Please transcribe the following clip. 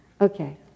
Okay